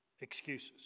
excuses